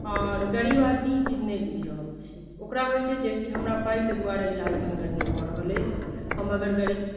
आओर गरीब आदमी ई चीज नहि बुझि रहल छै ओकरा होइत छै जे कि हमरा पाइके दुआरे इलाज ढङ्गर नहि भऽ रहल अछि हम अगर गरीब